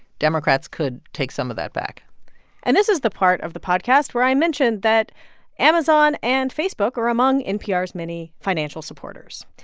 democrats could take some of that back and this is the part of the podcast where i mention that amazon and facebook are among npr's many financial supporters.